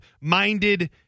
minded